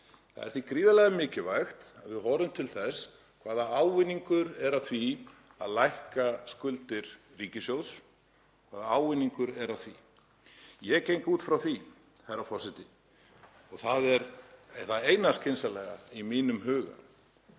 Það er því gríðarlega mikilvægt að við horfum til þess hvaða ávinningur er af því að lækka skuldir ríkissjóðs. Ég geng út frá því, herra forseti, og það er það eina skynsamlega í mínum huga,